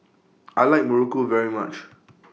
I like Muruku very much